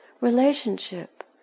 relationship